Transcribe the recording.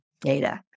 data